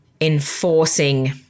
enforcing